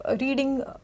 reading